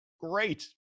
Great